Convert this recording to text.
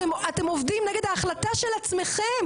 אתם עובדים נגד ההחלטה של עצמכם,